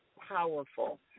powerful